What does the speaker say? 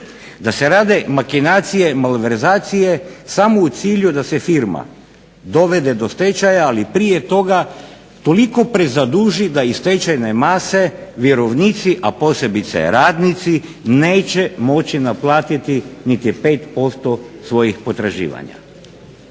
da se rade makinacije i malverzacije samo u cilju da se firma dovede do stečaja ali prije toga toliko prezaduži da iz stečajne mase vjerovnici, a posebice radnici neće moći naplatiti niti 5% svojih potraživanja.